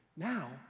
Now